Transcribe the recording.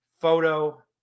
Photo